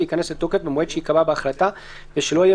וייכנס לתוקף במועד שייקבע בהחלטה ושלא יהיה